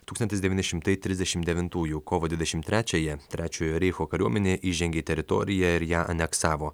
tūkstantis devyni šimtai trisdešimt devintųjų kovo dvidešimt trečiąją trečiojo reicho kariuomenė įžengė į teritoriją ir ją aneksavo